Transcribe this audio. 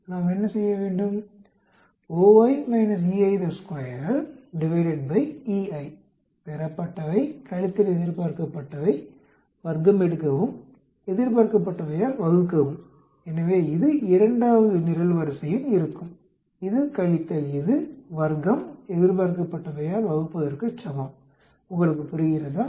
நாம் என்ன செய்ய வேண்டும் பெறப்பட்டவை கழித்தல் எதிர்பார்க்கப்பட்டவை வர்க்கமெடுக்கவும் எதிர்பார்க்கப்பட்டவையால் வகுக்கவும் எனவே இது இரண்டாவது நிரல்வரிசையில் இருக்கும் இது கழித்தல் இது வர்க்கம் எதிர்பார்க்கப்பட்டவையால் வகுப்பதற்குச் சமம் உங்களுக்குப் புரிகிறதா